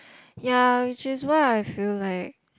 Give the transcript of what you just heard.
ya which is why I feel like